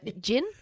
Gin